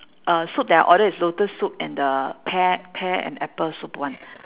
uh soup that I order is lotus soup and the pear pear and apple soup [one]